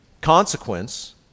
consequence